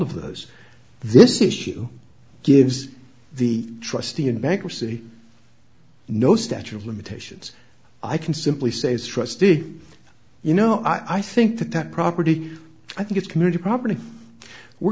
of those this issue gives the trustee in bankruptcy no statute of limitations i can simply say as trustee you know i think that property i think it's community property we're